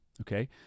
okay